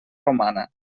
romana